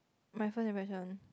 my first impression